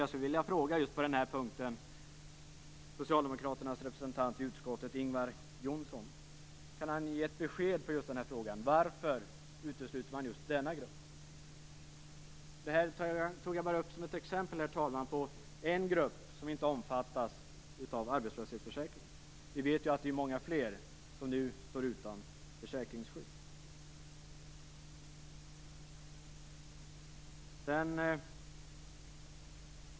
Jag skulle vilja fråga socialdemokraternas representant i utskottet Ingvar Johnsson om han kan ge ett svar på frågan varför man utesluter just denna grupp. Jag har tagit upp detta bara som ett exempel, herr talman, på en grupp som inte omfattas av arbetslöshetsförsäkringen. Vi vet att det är många fler som nu står utan försäkringsskydd.